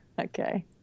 Okay